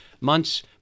months